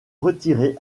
retirer